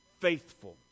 faithful